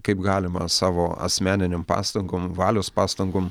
kaip galima savo asmeninėm pastangom valios pastangom